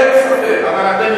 אין לי ספק, נכון.